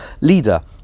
leader